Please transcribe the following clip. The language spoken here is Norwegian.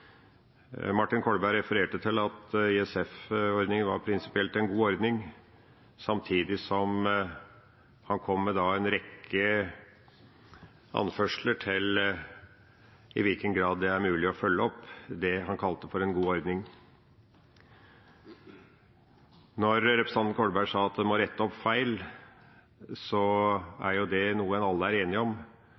Martin Kolberg refererte til at ISF-ordningen prinsipielt var en god ordning, samtidig som han kom med en rekke anførsler til i hvilken grad det er mulig å følge opp det han kalte en god ordning. Når representanten Kolberg sa at en må rette opp feil, er jo det noe alle er enige om,